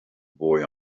boy